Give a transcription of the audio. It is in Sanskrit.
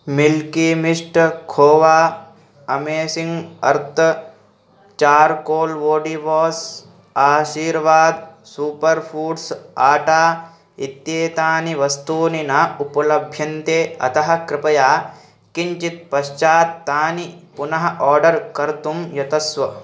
milky mist khoa amazing earth charcoal body wash Aashirvaad super foods atta इत्येतानि वस्तूनि न उपलभ्यन्ते अतः कृपया किञ्चित् पश्चात् तानि पुनः आर्डर् कर्तुं यतस्व